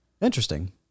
Interesting